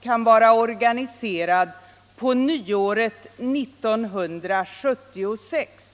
= Ytterligare insatser kan vara organiserad på nyåret 1976.